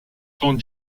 sont